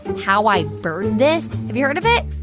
how i bird this. have you heard of it?